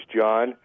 John